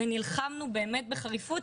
ונלחמנו באמת בחריפות.